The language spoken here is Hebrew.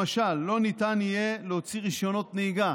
למשל לא ניתן יהיה להוציא רישיונות נהיגה